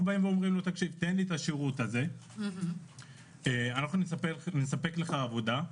אנחנו אומרים לו: תן לי את השירות הזה ואנחנו נספק לך עבודה.